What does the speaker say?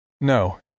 No